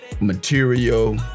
material